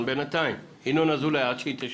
בינתיים ינון אזולאי, עד שהיא תשב.